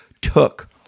took